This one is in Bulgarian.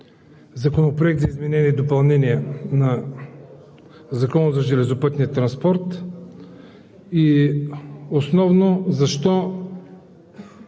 Законопроекта за изменение и допълнение на Закона за железопътния транспорт и основно защо